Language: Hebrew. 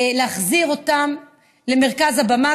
להחזיר אותם למרכז הבמה.